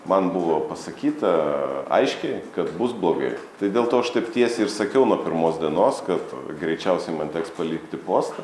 man buvo pasakyta aiškiai kad bus blogai tai dėl to aš taip tiesiai ir sakiau nuo pirmos dienos kad greičiausiai man teks palikti postą